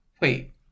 Wait